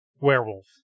werewolf